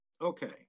Okay